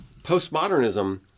postmodernism